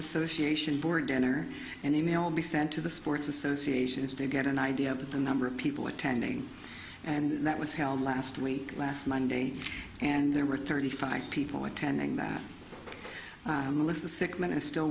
association board dinner and email be sent to the sports associations to get an idea of the number of people attending and that was held last week last monday and there were thirty five people attending that melissa sick man is still